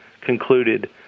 concluded